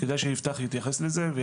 כדאי שיפתח יתייחס לזה.